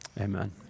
Amen